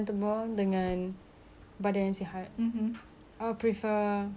I'd prefer oo susah kalau diri sendiri I prefer badan sihat